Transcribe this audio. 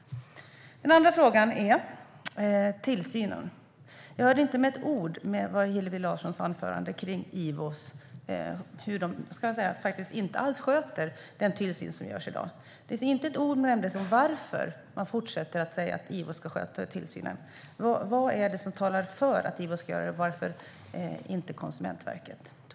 Min andra fråga handlar om tillsynen. Jag hörde inte ett ord i Hillevi Larssons anförande om att IVO faktiskt inte alls sköter den tillsyn som görs i dag. Inte ett ord nämndes om varför man fortsätter att säga att IVO ska sköta tillsynen. Vad talar för att IVO ska sköta tillsynen och inte Konsumentverket?